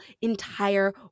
entire